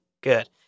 good